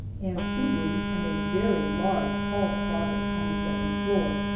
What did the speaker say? and two rooms and a very large hall closet on the second floor.